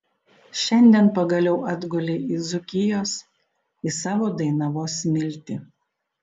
šiandien pagaliau atgulei į dzūkijos į savo dainavos smiltį